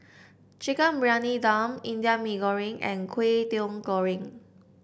Chicken Briyani Dum Indian Mee Goreng and Kway Teow Goreng